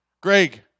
Greg